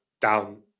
down